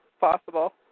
possible